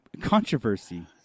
controversy